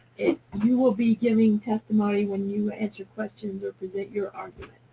you will be giving testimony when you answer questions or present your argument.